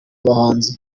bahanzi